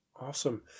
Awesome